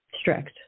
strict